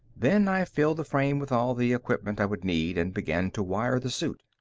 then i filled the frame with all the equipment i would need and began to wire the suit.